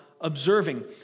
observing